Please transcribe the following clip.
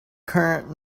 current